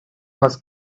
was